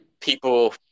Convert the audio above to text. people